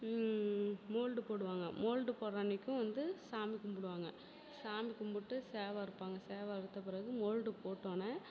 mould போடுவாங்க mould போடுற அன்னைக்கும் வந்து சாமி கும்பிடுவாங்க சாமி கும்பிட்டு சேவை அறுப்பாங்க சேவை அறுத்த பிறகு மோல்டு போட்டோன்னே